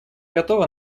готова